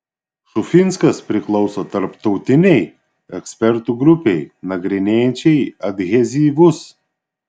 šufinskas priklauso tarptautinei ekspertų grupei nagrinėjančiai adhezyvus